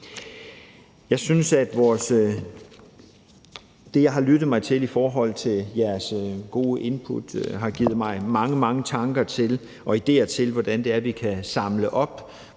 Jeg synes, at det, jeg har lyttet mig til i forhold til jeres gode input, har givet mig mange, mange tanker og idéer til, hvordan vi kan samle op